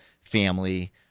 family